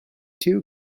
too